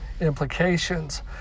implications